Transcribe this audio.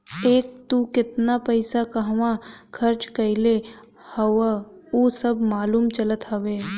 एके तू केतना पईसा कहंवा खरच कईले हवअ उ सब मालूम चलत हवे